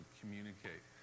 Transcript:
communicate